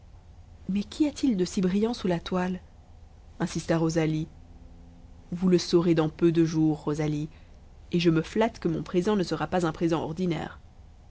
mais qu'y a-t-il de si brillant sous la toile insista rosalie vous le saurez dans peu de jours rosalie et je me flatte que mon présent ne sera pas un présent ordinaire